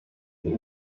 iyi